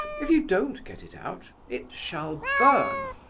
if you don't get it out, it shall burn.